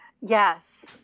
Yes